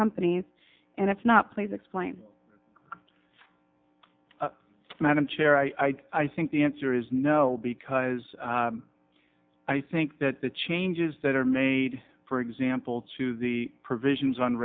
company and if not please explain madam chair i think the answer is no because i think that the changes that are made for example to the provisions on